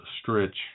stretch